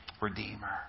redeemer